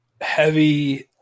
heavy